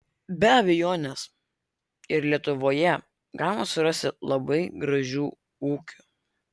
be abejonės ir lietuvoje galima surasti labai gražių ūkių